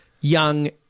young